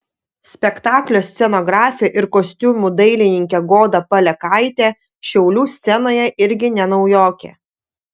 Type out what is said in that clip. spektaklio scenografė ir kostiumų dailininkė goda palekaitė šiaulių scenoje irgi ne naujokė